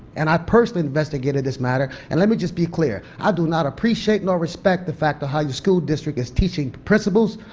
and i personally investigated this matter and let me just be clear. i do not appreciate and or respect the fact of how your school district is teaching principals,